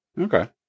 okay